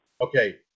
Okay